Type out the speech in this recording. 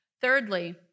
Thirdly